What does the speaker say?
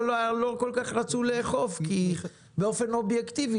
אבל לא כל כך רצו לאכוף כי באופן אובייקטיבי